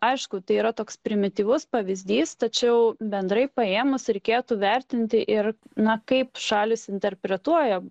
aišku tai yra toks primityvus pavyzdys tačiau bendrai paėmus reikėtų vertinti ir na kaip šalys interpretuoja